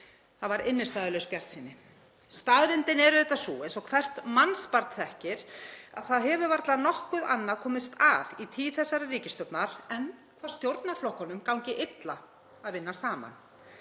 Það var innstæðulaus bjartsýni. Staðreyndin er auðvitað sú, eins og hvert mannsbarn þekkir, að það hefur varla nokkuð annað komist að í tíð þessarar ríkisstjórnar en hvað stjórnarflokkunum gangi illa að vinna saman.